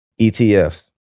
ETFs